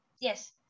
Yes